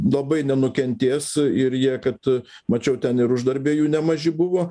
labai nenukentės ir jie kad mačiau ten ir uždarbiai jų nemaži buvo